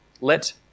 Let